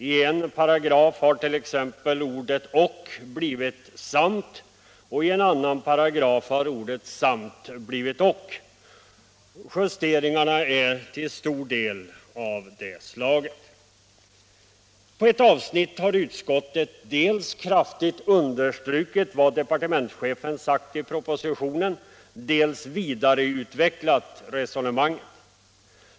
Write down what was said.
I en paragraf har t.ex. ordet ”och” blivit ”samt” och i en annan paragraf har ordet ”samt” blivit ”och”. Justeringarna är till stor del av det slaget. I ett avsnitt har utskottet dels kraftigt understrukit vad departementschefen sagt i propositionen, dels vidareutvecklat resonemanget.